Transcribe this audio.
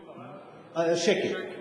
שקל.